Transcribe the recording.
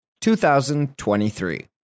2023